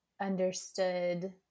understood